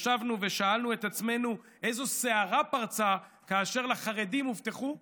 ישבנו ושאלו את עצמנו: איזו סערה פרצה כאשר לחרדים הובטחו מיליארד,